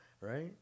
right